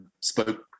spoke